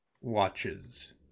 watches